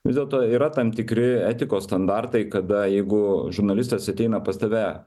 vis dėlto yra tam tikri etikos standartai kada jeigu žurnalistas ateina pas tave